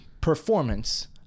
performance